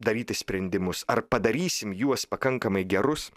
daryti sprendimus ar padarysim juos pakankamai gerus